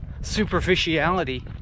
superficiality